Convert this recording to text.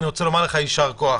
אני רוצה לומר לך יישר כוח,